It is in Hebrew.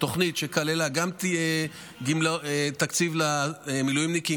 תוכנית שכללה גם תקציב למילואימניקים,